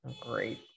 Great